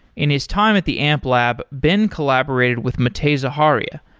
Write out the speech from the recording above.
in his time at the amplab, ben collaborated with matei zaharia,